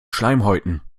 schleimhäuten